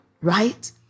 right